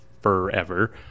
forever